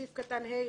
סעיף קטן (ה),